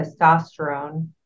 testosterone